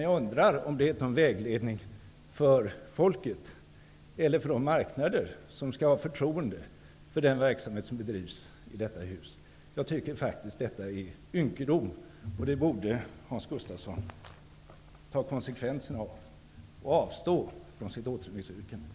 Jag undrar om det är till någon vägledning för folket eller för de marknader som skall ha förtroende för den verksamhet som bedrivs i detta hus. Jag tycker att detta är ynkedom, och Hans Gustafsson borde ta konsekvensen av det och avstå från sitt återremissyrkande.